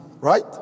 Right